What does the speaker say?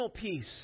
peace